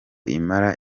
imara